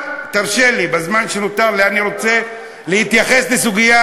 תרשה לי, בזמן שנותר לי אני רוצה להתייחס לסוגיה